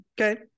Okay